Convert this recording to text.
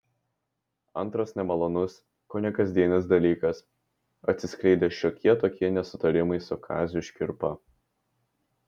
antras nemalonus kone kasdienis dalykas atsiskleidę šiokie tokie nesutarimai su kaziu škirpa